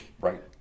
Right